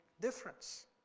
difference